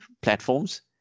platforms